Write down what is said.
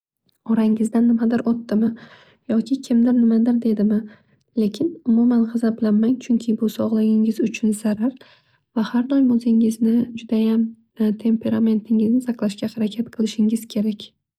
Orangizdan nimadir o'tdimi yoki kimdir nimadir dedimi. Lekin umuman g'azablanmang chunki bu sog'ligingiz uchun juda zarar. Va har doim o'zingizni judayam temperamentingizni saqlashga harakat qilishingiz kerak.